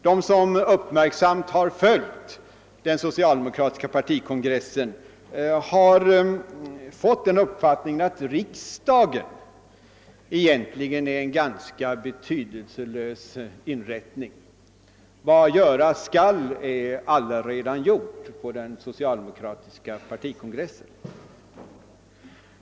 De som uppmärksamt har följt den socialdemokratiska partikongressen har fått den uppfattningen, att riksdagen egentligen är en ganska betydelselös inrättning. » Vad göras skall är allaredan gjort» — på den socialdemokratiska partikongressen.